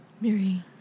Mary